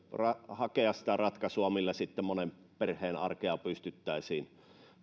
sitä ratkaisua millä monen perheen arkea pystyttäisiin